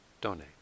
donate